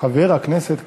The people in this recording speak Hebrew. חבר הכנסת כבל?